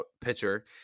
pitcher